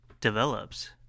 develops